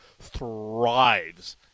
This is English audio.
thrives